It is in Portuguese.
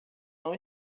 não